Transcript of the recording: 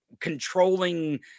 controlling